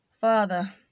father